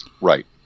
Right